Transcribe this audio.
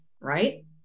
right